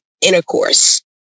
intercourse